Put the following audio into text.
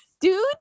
dude